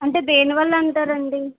అంటే దేనివల్ల అంటారండి